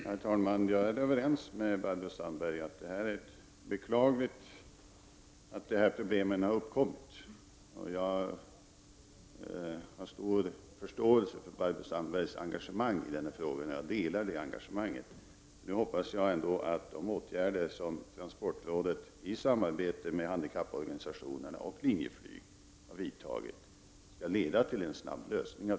Herr talman! Jag är överens med Barbro Sandberg om att det är beklagligt att dessa problem uppkommit. Jag har stor förståelse för Barbro Sandbergs engagemang, och jag delar det. Nu hoppas jag ändå att de åtgärder som transportrådet i samarbete med handikapporganisationerna och Linjeflyg har vidtagit skall leda till en snabb lösning.